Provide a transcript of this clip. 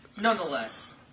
nonetheless